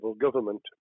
government